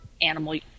animal